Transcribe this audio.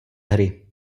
hry